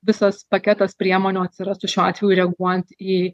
visas paketas priemonių atsirastų šiuo atveju reaguojant į